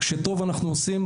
שטוב אנחנו עושים,